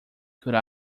could